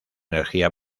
energía